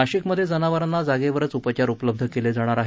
नाशिक मध्ये जनावरांना जागेवरच उपचार उपलब्ध केले जाणार आहेत